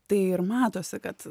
tai ir matosi kad